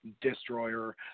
Destroyer